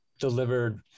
delivered